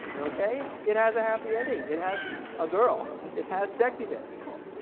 okay, it has a happy ending. it has a girl. it has sexy bits, cool.